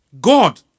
God